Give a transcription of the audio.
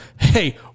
hey